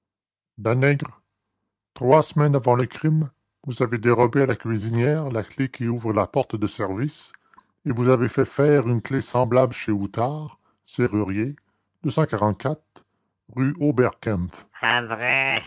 danègre trois semaines avant le crime vous avez dérobé à la cuisinière la clef qui ouvre la porte de service et vous avez fait faire une clef semblable chez outard serrurier rue oberkampf pas vrai